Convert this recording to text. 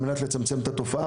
על מנת לצמצם את התופעה,